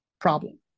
problem